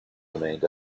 remained